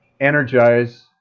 energize